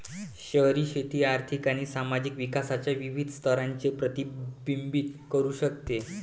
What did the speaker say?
शहरी शेती आर्थिक आणि सामाजिक विकासाच्या विविध स्तरांचे प्रतिबिंबित करू शकते